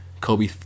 Kobe